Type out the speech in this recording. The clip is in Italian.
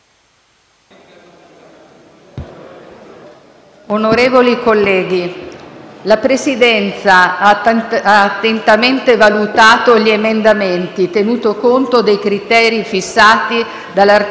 Onorevoli colleghi, la Presidenza ha attentamente valutato gli emendamenti, tenuto conto dei criteri fissati dall'articolo